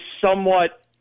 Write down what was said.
somewhat